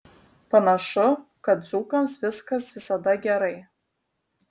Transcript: panašu kad dzūkams viskas visada gerai